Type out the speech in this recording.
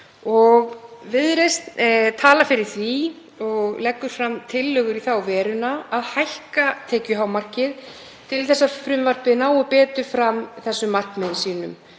Viðreisn talar fyrir því og leggur fram tillögu í þá veruna að hækka tekjuhámarkið til að frumvarpið nái betur fram markmiðum sínum